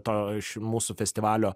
to iš mūsų festivalio